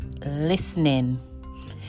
listening